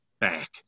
back